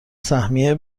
سهمیه